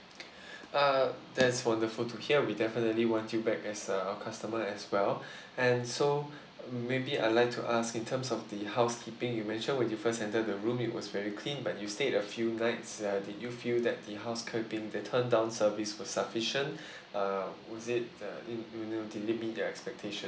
uh that's wonderful to hear we definitely want you back as uh our customer as well and so maybe I'd like to ask in terms of the housekeeping you mentioned when you first enter the room it was very clean but you stayed a few nights uh did you feel that the housekeeping the turn down service was sufficient uh was it uh you you know did it meet your expectations